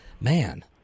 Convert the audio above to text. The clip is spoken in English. man